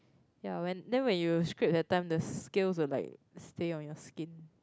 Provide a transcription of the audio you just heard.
ya when then when you scrape that time the scales will like stay on your skin